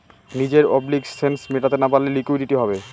নিজের অব্লিগেশনস মেটাতে না পারলে লিকুইডিটি হবে